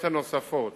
השאלות הנוספות.